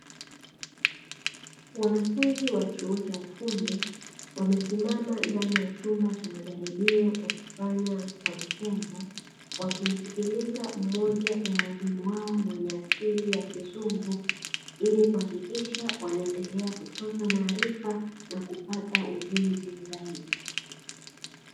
Wanafunzi chuo cha ufundi, wamesimama ndani ya chumba cha majaribio na kufanya kwa vitendo, wakimsikiliza moja ya walimu wao mwenye asili ya kizungu, ili kuakikisha wanaendelea kuchota maarifa na kupata ujuzi zaidi.